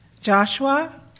Joshua